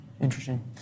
interesting